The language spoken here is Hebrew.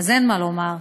אין מה לומר,